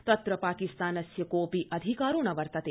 तत्र पाकिस्तानस्य कोजपि अधिकारो न वर्तते